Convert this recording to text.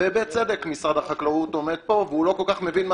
ובצדק משרד החקלאות עומד פה והוא לא כל כך מבין מה